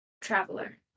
traveler